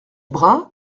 brun